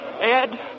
Ed